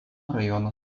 rajono